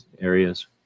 areas